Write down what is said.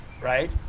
right